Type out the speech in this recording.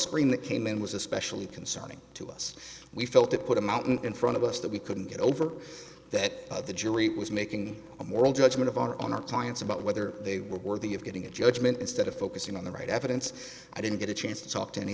screen came in was especially concerning to us we felt it put a mountain in front of us that we couldn't get over that the jury was making a moral judgment of our own our clients about whether they were worthy of getting a judgment instead of focusing on the right evidence i didn't get a chance to talk to any